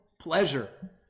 pleasure